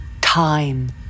Time